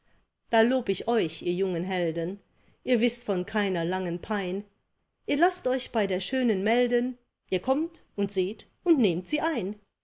da lob ich euch ihr jungen helden ihr wißt von keiner langen pein ihr laßt euch bei der schönen melden ihr kommt und seht und nehmt sie ein